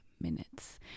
minutes